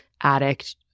addict